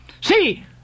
See